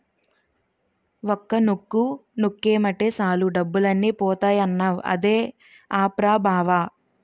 ఒక్క నొక్కు నొక్కేమటే సాలు డబ్బులన్నీ పోతాయన్నావ్ అదే ఆప్ రా బావా?